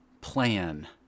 plan